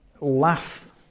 laugh